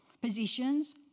positions